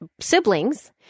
siblings